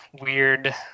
weird